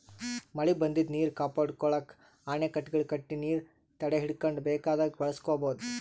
ಮಳಿ ಬಂದಿದ್ದ್ ನೀರ್ ಕಾಪಾಡ್ಕೊಳಕ್ಕ್ ಅಣೆಕಟ್ಟೆಗಳ್ ಕಟ್ಟಿ ನೀರ್ ತಡೆಹಿಡ್ಕೊಂಡ್ ಬೇಕಾದಾಗ್ ಬಳಸ್ಕೋಬಹುದ್